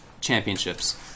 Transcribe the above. Championships